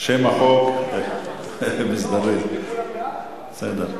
שם החוק, כהצעת הוועדה, עבר.